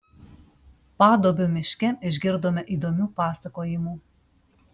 paduobio miške išgirdome įdomių pasakojimų